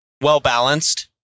well-balanced